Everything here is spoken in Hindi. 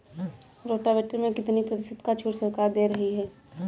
रोटावेटर में कितनी प्रतिशत का छूट सरकार दे रही है?